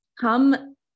come